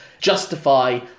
justify